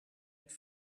het